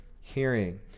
hearing